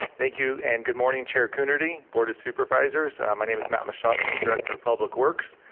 thank you and good morning chair coonerty, board of supervisors. my name is matt machado, director of public works.